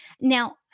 Now